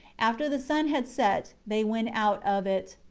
after the sun had set, they went out of it.